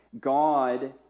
God